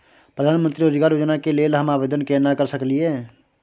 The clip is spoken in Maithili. प्रधानमंत्री रोजगार योजना के लेल हम आवेदन केना कर सकलियै?